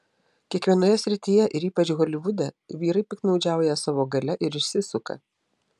kiekvienoje srityje ir ypač holivude vyrai piktnaudžiauja savo galia ir išsisuka